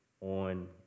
on